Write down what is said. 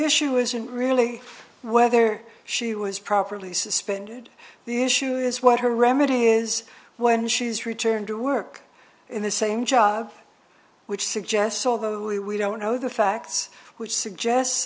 issue isn't really whether she was properly suspended the issue is what her remedy is when she's returned to work in the same job which suggests although we don't know the facts which suggests